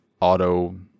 auto